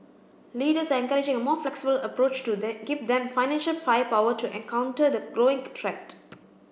leaders are encouraging a more flexible approach to they give them financial firepower to and counter the growing threat